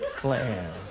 clan